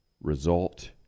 result